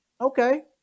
okay